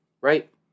right